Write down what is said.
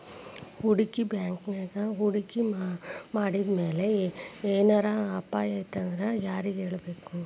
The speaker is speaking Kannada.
ಹೂಡ್ಕಿ ಬ್ಯಾಂಕಿನ್ಯಾಗ್ ಹೂಡ್ಕಿ ಮಾಡಿದ್ಮ್ಯಾಲೆ ಏನರ ಅಪಾಯಾತಂದ್ರ ಯಾರಿಗ್ ಹೇಳ್ಬೇಕ್?